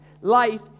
life